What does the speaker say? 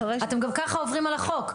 אתם גם ככה עוברים על החוק.